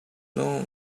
loan